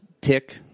Tick